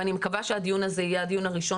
ואני מקווה שהדיון הזה יהיה הדיון הראשון